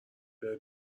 بره